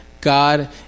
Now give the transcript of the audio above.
God